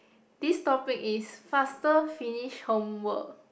this topic is faster finish homework